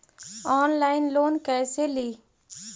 Online loan कैसे ली?